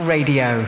Radio